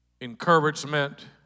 Encouragement